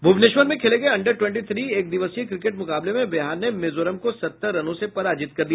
भुवनेश्वर में खेले गये अंडर ट्वेंटी थ्री एकदिवसीय क्रिकेट मुकाबले में बिहार ने मिजोरम को सत्तर रनों से पराजित कर दिया